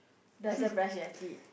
doesn't brush their teeth